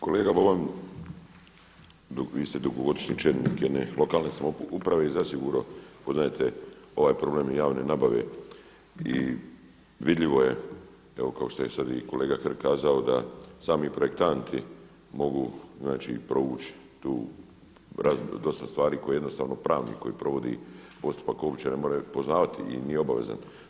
Kolega Boban, vi ste dugogodišnji čelnik jedne lokalne samouprave i zasigurno poznajete ovaj problem i javne nabave i vidljivo je evo kao što je sad i kolega Hrg kazao da sami projektanti mogu znači provući tu dosta stvari koje jednostavno pravnik koji provodi postupak uopće ne mora poznavati i nije obavezan.